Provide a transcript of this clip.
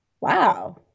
wow